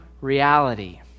reality